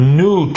new